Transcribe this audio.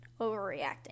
overreacting